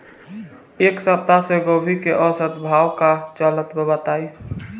एक सप्ताह से गोभी के औसत भाव का चलत बा बताई?